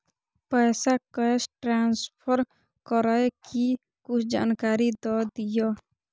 पैसा cash transfer करऐ कि कुछ जानकारी द दिअ